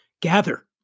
gather